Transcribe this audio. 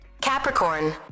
Capricorn